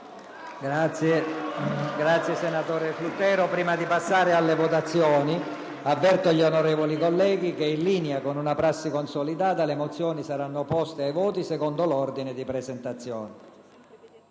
finestra"). Prima di procedere alle votazioni, avverto gli onorevoli colleghi che, in linea con una prassi consolidata, le mozioni saranno poste ai voti secondo l'ordine di presentazione.